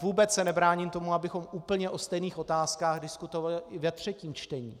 Vůbec se nebráním tomu, abychom úplně o stejných otázkách diskutovali i ve třetím čtení.